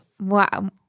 Wow